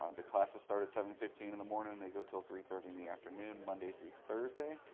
um the classes start at seven fifteen in the morning and they go till three thirty in the afternoon monday through thursday.